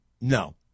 No